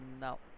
no